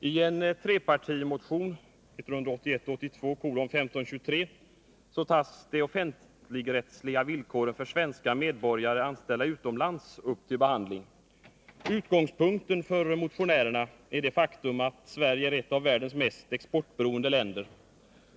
Herr talman! I en trepartimotion, 1981/82:1523, tas de offentligrättsliga villkoren för svenska medborgare anställda utomlands upp till behandling. Utgångspunkten för motionärerna är det faktum att Sverige är ett av världens mest exportberoende länder.